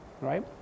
right